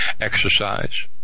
Exercise